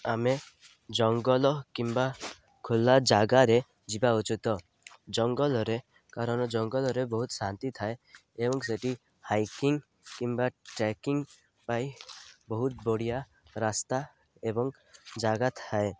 ଆମେ ଜଙ୍ଗଲ କିମ୍ବା ଖୋଲା ଜାଗାରେ ଯିବା ଉଚିତ ଜଙ୍ଗଲରେ କାରଣ ଜଙ୍ଗଲରେ ବହୁତ ଶାନ୍ତି ଥାଏ ଏବଂ ସେଠି ହାଇକିଂ କିମ୍ବା ଟ୍ରେକିଂ ପାଇଁ ବହୁତ ବଢ଼ିଆ ରାସ୍ତା ଏବଂ ଜାଗା ଥାଏ